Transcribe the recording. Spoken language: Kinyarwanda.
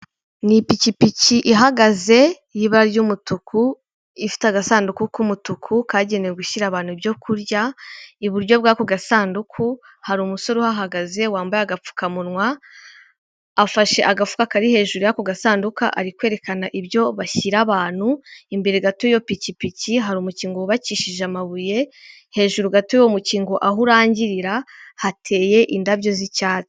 Ni ipikipiki ihagaze y'ibara ry'umutuku, ifite agasanduku k'umutuku kagenewe gushyira abantu ibyo kurya. Iburyo bw'ako gasanduku hari umusore uhahagaze wambaye agapfukamunwa. Afashe agafuka kari hejuru y'ako gasanduka arikwerekana ibyo bashyira abantu. Imbere gato y'iyo pikipiki hari umukingo wubakishije amabuye, heejuru gato y'uwo mukingo aho urangirira hateye indabyo z'icyatsi.